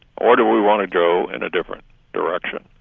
or do we want to go in a different direction?